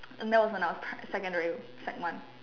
and that was when I was secondary sec one